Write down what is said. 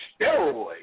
steroids